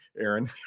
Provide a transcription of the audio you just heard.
Aaron